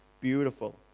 beautiful